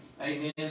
Amen